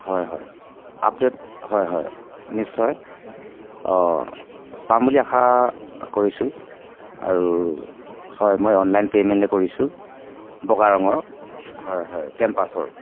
হয় হয় আপডেট হয় হয় নিশ্চয় অঁ পাম বুলি আশা কৰিছোঁ আৰু হয় মই অনলাইন পে'মেণ্টে কৰিছোঁ বগা ৰঙৰ হয় হয় কেম্পাছৰ